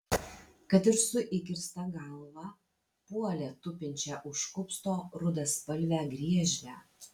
kad ir su įkirsta galva puolė tupinčią už kupsto rudaspalvę griežlę